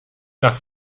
nach